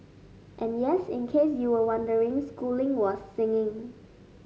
and yes in case you were wondering schooling was sing